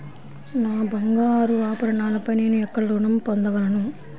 నా బంగారు ఆభరణాలపై నేను ఎక్కడ రుణం పొందగలను?